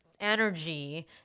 energy